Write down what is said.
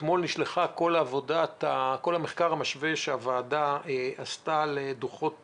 אתמול נשלח כל המחקר המשווה שהוועדה עשתה לדוחות